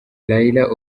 raila